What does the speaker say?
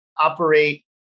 operate